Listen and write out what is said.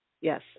yes